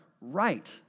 right